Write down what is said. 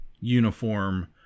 uniform